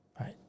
right